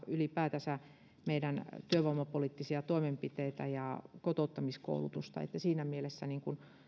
ylipäätänsä osana meidän työvoimapoliittisia toimenpiteitä ja kotouttamiskoulutusta siinä mielessä